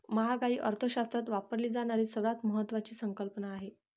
महागाई अर्थशास्त्रात वापरली जाणारी सर्वात महत्वाची संकल्पना आहे